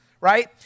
right